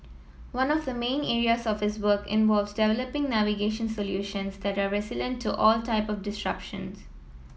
one of the main areas of his work involves developing navigation solutions that are resilient to all type of disruptions